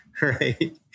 right